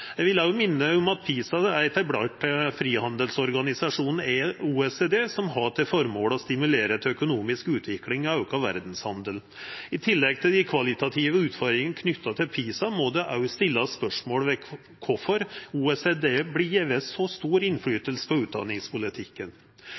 Eg vil òg minna om at PISA er etablert av frihandelsorganisasjonen OECD, som har til formål å stimulera til økonomisk utvikling og auka verdshandelen. I tillegg til dei kvalitative utfordringane knytte til PISA må det stillast spørsmål ved kvifor OECD skal ha så stor